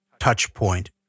touchpoint